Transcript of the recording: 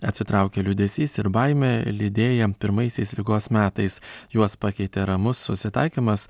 atsitraukė liūdesys ir baimė lydėję pirmaisiais ligos metais juos pakeitė ramus susitaikymas